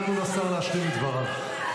נא תנו לשר להשלים את דבריו.